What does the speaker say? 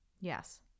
Yes